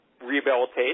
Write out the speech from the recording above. rehabilitate